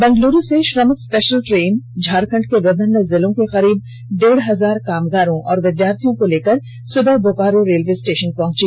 बेंगलुरू से श्रमिक special train Jharkhand के विमिन्न जिलों के करीब डेढ़ हजार कामगारों और विद्यार्थियों को लेकर सुबह बोकारो रेलवे स्टेषन पहुंची